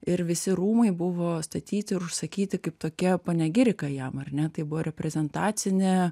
ir visi rūmai buvo statyti ir užsakyti kaip tokia panegirika jam ar ne tai buvo reprezentacinė